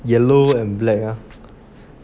yellow and black lor